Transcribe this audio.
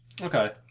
Okay